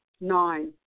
Nine